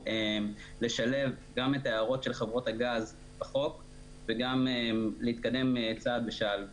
לשלב גם את ההערות של חברות הגז בחוק וגם להתקדם צעד ושעל,